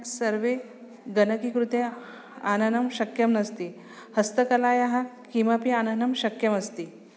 सर्वे गणकीकृते आननं शक्यमस्ति हस्तकलायाः किमपि आननं शक्यमस्ति